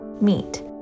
meet